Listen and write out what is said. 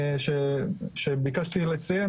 שביקשתי לציין.